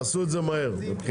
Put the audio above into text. תעשו את זה מהר מבחינתי.